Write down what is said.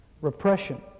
Repression